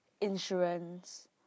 insurance